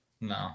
No